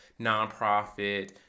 nonprofit